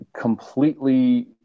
completely